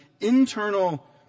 internal